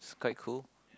it's quite cool